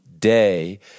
Day